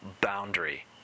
boundary